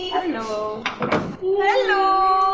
hello like hello